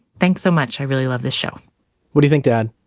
thanks so much, i really love this show what do you think dad?